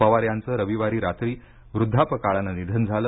पवार यांचं रविवारी रात्री वृद्धापकाळानं निधन झालं